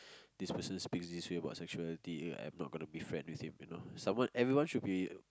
this person speak this way about sexuality I'm not going to be friends with him you know someone everyone should be